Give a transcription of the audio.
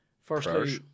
firstly